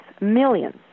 millions